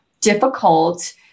difficult